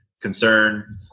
concern